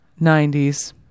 90s